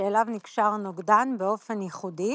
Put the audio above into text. שאליו נקשר נוגדן באופן ייחודי,